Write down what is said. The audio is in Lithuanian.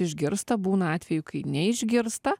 išgirsta būna atvejų kai neišgirsta